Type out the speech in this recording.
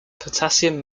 potassium